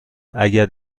اگر